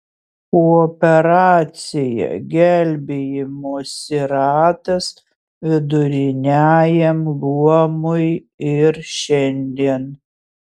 kooperacija gelbėjimosi ratas viduriniajam luomui ir šiandien